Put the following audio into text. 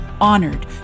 honored